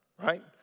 right